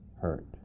hurt